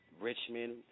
Richmond